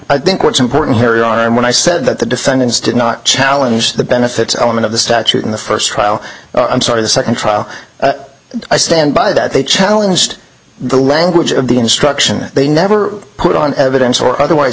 i think what's important here you are and when i said that the defendants did not challenge the benefits element of the statute in the first trial i'm sorry the second trial i stand by that they challenged the language of the instruction they never put on evidence or otherwise